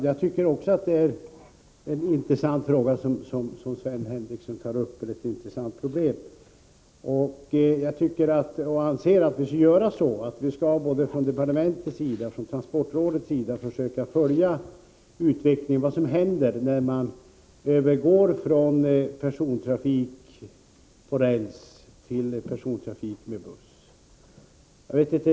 Herr talman! Jag tycker att det är ett intressant problem som Sven Henricsson tar upp, och jag anser naturligtvis att vi från både departementets och transportrådets sida skall försöka följa vad som händer när man går över från persontrafik på räls till persontrafik med buss.